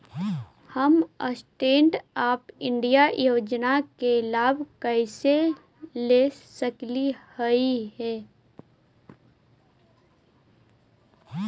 हम stand up India योजना के लाभ कइसे ले सकलिअई हे